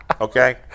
Okay